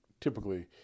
typically